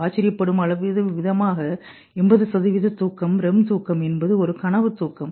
ஆச்சரியப்படும் விதமாக 80 சதவிகித தூக்கம் REM தூக்கம் என்பது ஒரு கனவு தூக்கம்